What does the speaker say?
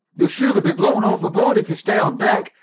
you'll surely be blown overboard if you stay on deck.